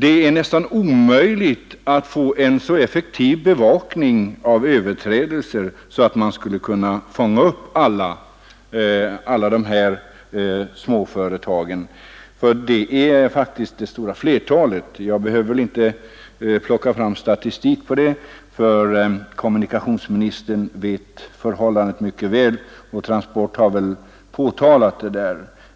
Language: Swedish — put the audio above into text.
Det är nästan omöjligt att få till stånd en så effektiv bevakning av efterlevnaden att man kan fånga upp alla överträdelser — kommunikationsministern känner mycket väl till förhållandena; Transport har